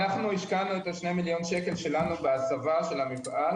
אנחנו השקענו את ה-2 מיליון שקל שלנו בהסבה של המפעל,